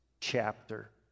chapter